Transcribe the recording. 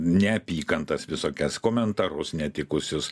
neapykantas visokias komentarus netikusius